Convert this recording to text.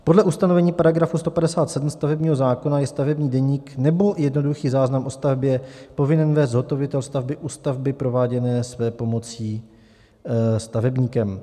Podle ustanovení § 157 stavebního zákona je stavební deník nebo jednoduchý záznam o stavbě povinen vést zhotovitel stavby u stavby prováděné svépomocí stavebníkem.